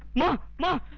my love